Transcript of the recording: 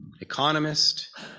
economist